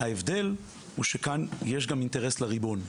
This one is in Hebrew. ההבדל הוא שכאן יש גם אינטרס לריבון.